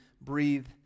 breathe